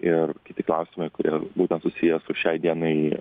ir kiti klausimai kurie būtent susiję su šiai dienai